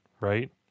right